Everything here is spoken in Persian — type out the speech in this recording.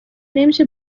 نمیشه